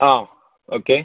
ആ ഓക്കെ